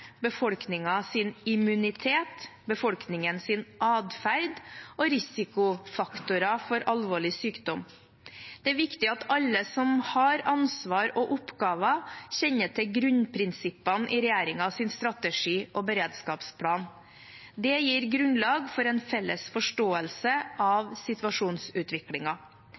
og risikofaktorer for alvorlig sykdom. Det er viktig at alle som har ansvar og oppgaver, kjenner til grunnprinsippene i regjeringens strategi og beredskapsplan. Det gir grunnlag for en felles forståelse av